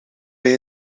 bij